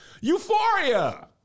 euphoria